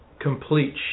complete